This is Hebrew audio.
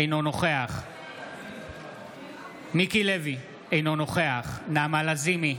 אינו נוכח מיקי לוי, אינו נוכח נעמה לזימי,